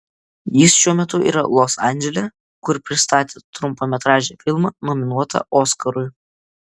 jis šiuo metu yra los andžele kur pristatė trumpametražį filmą nominuotą oskarui